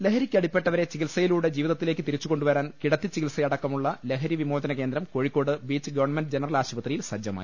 ലഹരിക്കടിപ്പെട്ടവരെ ചികിത്സയിലൂടെ ജീവിതത്തിലേക്ക് തിരി ച്ചുകൊണ്ടുവരാൻ കിടത്തിച്ചികിത്സയടക്കമുള്ള ലഹരിവിമോചന കേന്ദ്രം കോഴിക്കോട് ബീച്ച് ഗവൺമെന്റ് ജനറൽ ആശുപത്രി യിൽ സജ്ജമായി